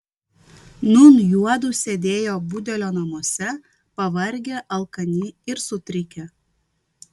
nūn juodu sėdėjo budelio namuose pavargę alkani ir sutrikę